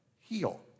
heal